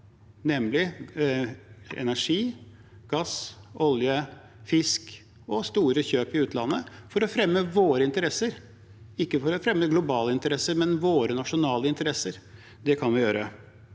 nemlig energi, gass, olje, fisk og store kjøp i utlandet, for å fremme våre interesser – ikke for å fremme globale interesser, men våre nasjonale interesser. Det kan vi gjøre.